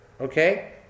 Okay